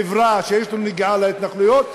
חברה שיש לה נגיעה בהתנחלויות,